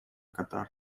катар